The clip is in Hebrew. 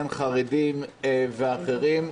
בין חרדים ואחרים,